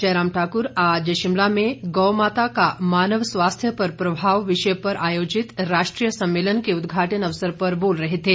जयराम ठाक्र आज शिमला में गौ माता का मानव स्वास्थ्य पर प्रभाव विषय पर आयोजित राष्ट्रीय सम्मेलन के उदघाटन अवसर पर बोल रहे थे